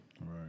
Right